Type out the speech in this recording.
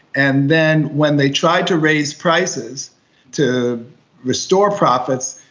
and then when they try to raise prices to restore profits,